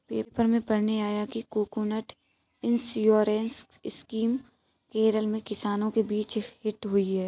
paper में पढ़ने आया कि कोकोनट इंश्योरेंस स्कीम केरल में किसानों के बीच हिट हुई है